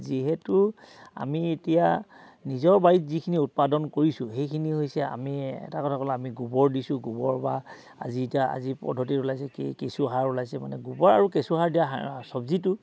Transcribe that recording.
যিহেতু আমি এতিয়া নিজৰ বাৰীত যিখিনি উৎপাদন কৰিছোঁ সেইখিনি হৈছে আমি এটা কথা ক'লে আমি গোবৰ দিছোঁ গোবৰ বা আজি এতিয়া আজি পদ্ধতি ওলাইছে কি কেঁচুসাৰ ওলাইছে মানে গোবৰ আৰু কেঁচুসাৰ দিয়া চব্জিটো